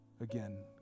again